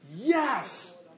Yes